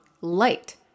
light